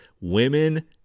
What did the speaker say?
Women